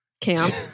camp